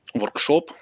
workshop